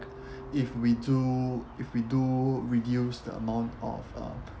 if we do if we do reduce the amount of uh